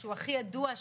שהוא הכי ידוע,